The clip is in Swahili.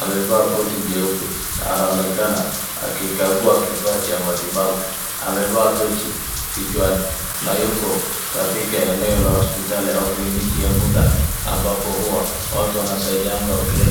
,amevaa koti jeupe anaonekana akikangua kifaa cha matibabu. Amevaa tochi kichwani na yuko katika eneo la hospitali au kliniki ya muda ambapo huwa watu wanasaidiangwa wakienda.